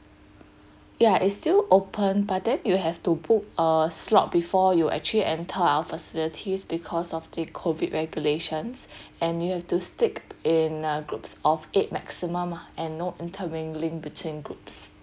ya it's still open but then you have to book a slot before you actually enter our facilities because of the COVID regulations and you have to stick in uh groups of eight maximum ah and no intermingling between groups